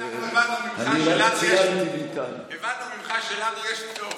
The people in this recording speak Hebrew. אדוני היושב-ראש, הבנו ממך שלנו יש פטור.